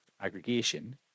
aggregation